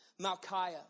Malchiah